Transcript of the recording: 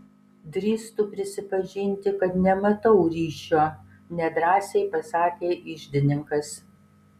drįstu prisipažinti kad nematau ryšio nedrąsiai pasakė iždininkas